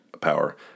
power